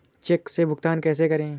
Check से भुगतान कैसे करें?